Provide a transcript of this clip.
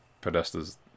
Podesta's